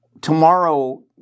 tomorrow